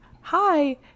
hi